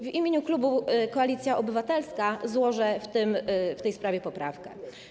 W imieniu klubu Koalicja Obywatelska złożę w tej sprawie poprawkę.